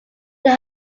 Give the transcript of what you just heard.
they